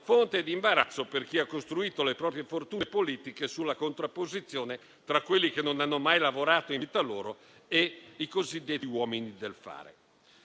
fonte di imbarazzo per chi ha costruito le proprie fortune politiche sulla contrapposizione tra quelli che non hanno mai lavorato in vita loro e i cosiddetti uomini del fare.